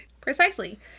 precisely